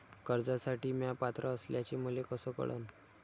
कर्जसाठी म्या पात्र असल्याचे मले कस कळन?